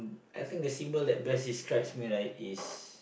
I think the symbol that best describes me right is